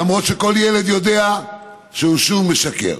למרות שכל ילד יודע שהוא שוב משקר.